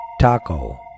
Taco